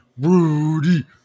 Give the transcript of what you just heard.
Rudy